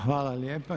Hvala lijepa.